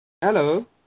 Hello